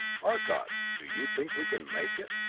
arcot do you think we can make it?